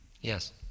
Yes